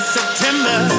September